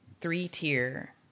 three-tier